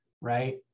right